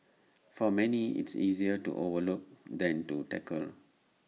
for many it's easier to overlook than to tackle